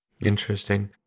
Interesting